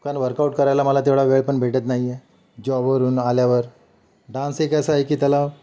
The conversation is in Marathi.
कारण वर्कआउट करायला मला तेवढा वेळ पण भेटत नाही आहे जॉबवरून आल्यावर डान्स एक असा आहे की त्याला